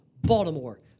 Baltimore